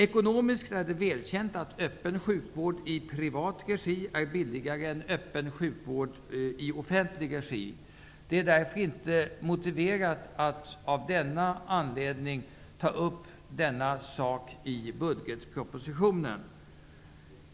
Ekonomiskt är det välkänt att öppen sjukvård i privat regi är billigare än öppen sjukvård i offentlig regi. Det är därför inte motiverat att av den anledningen ta upp denna sak i budgetpropositionen.